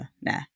nah